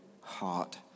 heart